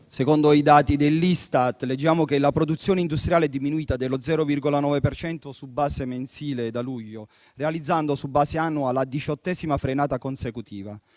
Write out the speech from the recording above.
secondo i dati dell'Istat leggiamo che la produzione industriale è diminuita dello 0,9 per cento su base mensile da luglio, realizzando su base annua la diciottesima frenata consecutiva.